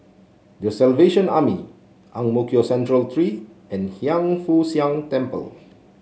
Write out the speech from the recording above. The Salvation Army Ang Mo Kio Central Three and Hiang Foo Siang Temple